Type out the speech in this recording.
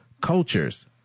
cultures